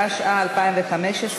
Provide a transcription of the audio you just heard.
התשע"ה 2015,